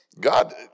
God